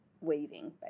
weaving